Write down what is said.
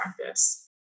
practice